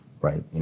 right